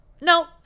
no